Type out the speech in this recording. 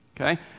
Okay